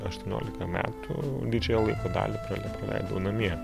aštuoniolika metų didžiąją laiko dalį praleidau namie